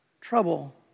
trouble